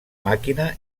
màquina